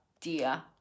dear